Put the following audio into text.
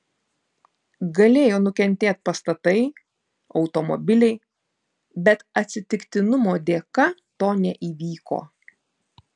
galėjo nukentėt pastatai automobiliai bet atsitiktinumo dėka to neįvyko